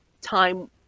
time